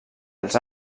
els